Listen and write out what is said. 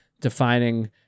defining